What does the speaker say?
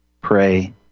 pray